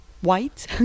white